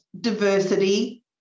diversity